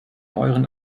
euren